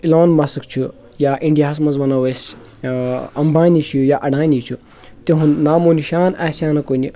Elon Musk چھُ یا اِنڈیاہَس منٛز وَنو أسۍ اَمبانی چھِ یا اَڈانی چھِ تِہُنٛد نامو نِشان آسہِ ہَے نہٕ کُنہِ